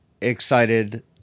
excited